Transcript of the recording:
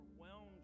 overwhelmed